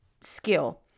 skill